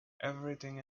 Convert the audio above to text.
everything